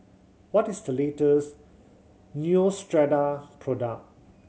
what is the latest Neostrata product